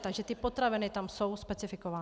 Takže potraviny tam jsou specifikovány.